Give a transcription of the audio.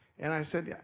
and i said, yeah